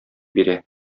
бирә